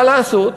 מה לעשות,